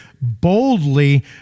boldly